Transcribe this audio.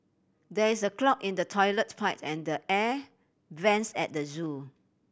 there is a clog in the toilet pipe and the air vents at the zoo